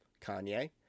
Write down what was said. Kanye